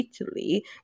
Italy